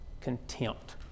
contempt